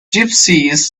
gypsies